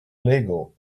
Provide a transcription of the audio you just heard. lego